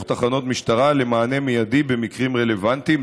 תחנות משטרה למענה מיידי במקרים רלוונטיים,